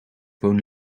woon